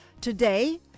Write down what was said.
Today